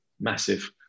massive